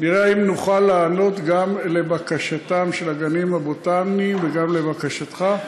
נראה אם נוכל להיענות גם לבקשתם של הגנים הבוטניים וגם לבקשתך.